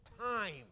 time